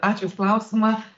ačiū už klausimą